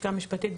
הלשכה המשפטית.